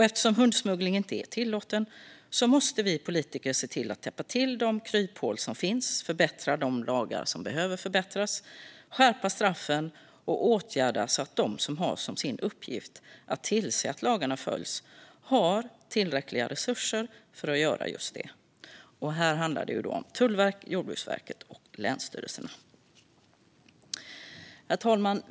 Eftersom hundsmuggling inte är tillåten måste vi politiker se till att täppa till de kryphål som finns, förbättra de lagar som behöver förbättras, skärpa straffen och vidta åtgärder så att de som har som sin uppgift att tillse att lagarna följs har tillräckliga resurser för att göra just det. Här handlar det om Tullverket, Jordbruksverket och länsstyrelserna. Herr talman!